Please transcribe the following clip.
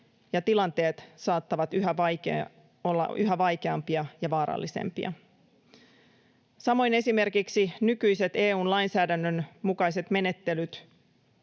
ja tilanteet saattavat olla yhä vaikeampia ja vaarallisempia. Samoin esimerkiksi nykyiset EU:n lainsäädännön mukaiset menettelyt,